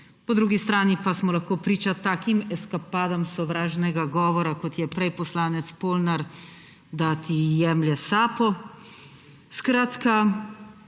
Po drugi strani pa smo lahko priča takim eskapadam sovražnega govora, kot ga je imel prej poslanec Polnar, da ti jemlje sapo. Skratka,